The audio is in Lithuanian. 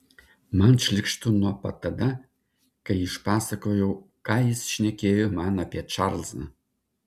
man šlykštu nuo pat tada kai išpasakojau ką jis šnekėjo man apie čarlzą